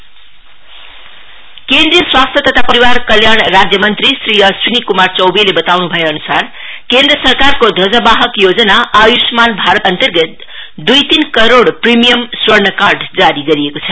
आय्षमान भारत केन्द्रीय स्वास्थ्य तथा परिवार कल्याण राज्य मन्त्री श्री अश्विनी क्मार चौबेले बताउन् भएअन्सार केन्द्र सरकारको ध्वंजवाहक योजना आयुष्मान भारत अन्तर्गत दुई तीन करोड प्रिमियम स्वर्ण कार्ड जारी गरिएको छ